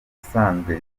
isanzwe